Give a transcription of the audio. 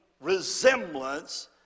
resemblance